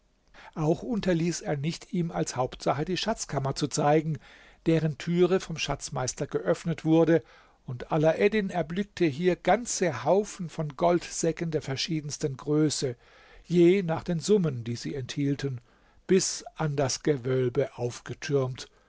auch unterließ er nicht ihm als hauptsache die schatzkammer zu zeigen deren türe vom schatzmeister geöffnet wurde und alaeddin erblickte hier ganze haufen von goldsäcken der verschiedensten größe je nach den summen die sie enthielten bis an das gewölbe aufgetürmt